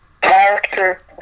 Character